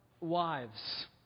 wives